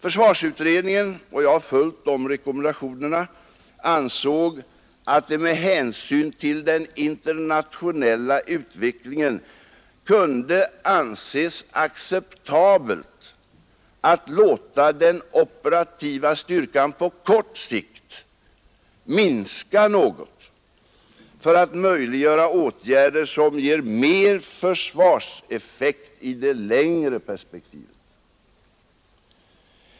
Försvarsutredningen -- och jag har följt de rekommendationerna — ansåg att det med hänsyn till den internationella utvecklingen kunde anses acceptabelt att låta den operativa styrkan på kort sikt minska något för att möjliggöra åtgärder som ger mer försvarseffekt i det längre perspektivet.